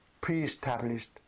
pre-established